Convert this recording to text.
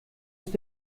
ist